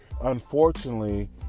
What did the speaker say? Unfortunately